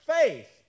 faith